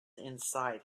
inside